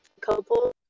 couple